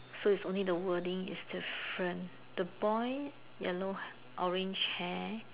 so it's only the wording is different the boy yellow orange hair